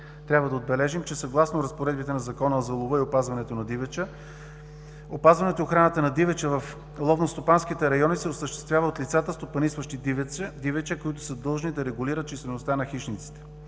трябва да отбележим, че съгласно разпоредбите на Закона за лова и опазването на дивеча, опазването и охраната на дивеча в ловно-стопанските райони се осъществява от лицата, стопанисващи дивеча, които са длъжни да регулират числеността на хищниците,